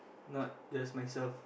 not just myself